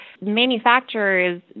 manufacturers